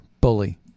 bully